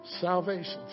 salvation